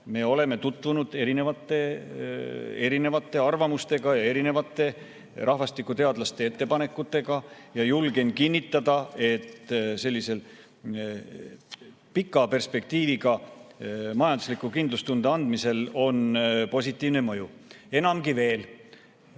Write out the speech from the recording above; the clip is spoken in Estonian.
me oleme tutvunud erinevate arvamustega ja erinevate rahvastikuteadlaste ettepanekutega. Julgen kinnitada, et sellisel pika perspektiiviga majandusliku kindlustunde andmisel on positiivne mõju. Enamgi veel,